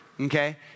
okay